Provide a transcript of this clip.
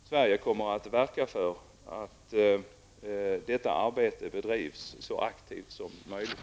Sverige kommer att verka för att detta arbete bedrivs så aktivt som möjligt.